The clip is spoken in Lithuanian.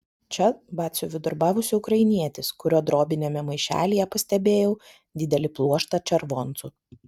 čia batsiuviu darbavosi ukrainietis kurio drobiniame maišelyje pastebėjau didelį pluoštą červoncų